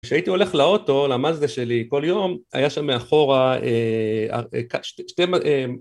כשהייתי הולך לאוטו, למאזדה שלי, כל יום, היה שם מאחורה שתי...